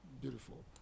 beautiful